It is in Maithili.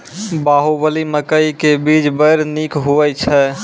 बाहुबली मकई के बीज बैर निक होई छै